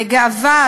בגאווה,